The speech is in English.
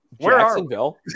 Jacksonville